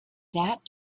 that